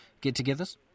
get-togethers